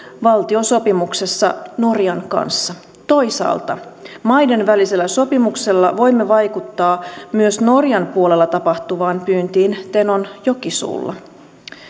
valtiosopimuksessa norjan kanssa toisaalta maiden välisellä sopimuksella voimme vaikuttaa myös norjan puolella tapahtuvaan pyyntiin tenon jokisuulla